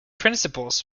principles